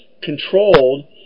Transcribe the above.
controlled